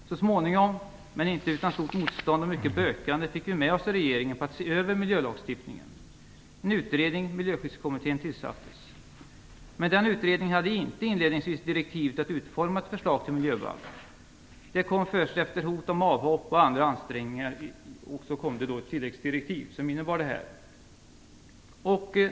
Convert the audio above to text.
Så småningom, men inte utan stort motstånd och mycket bökande, fick vi med oss regeringen på att se över miljölagstiftningen. En utredning, Miljöskyddskommittén, tillsattes. Men den utredningen hade inte inledningsvis direktivet att utforma ett förslag till miljöbalk. Det kom ett tilläggsdirektiv med den innebörden först efter hot om avhopp och andra ansträngningar.